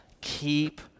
keep